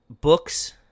Books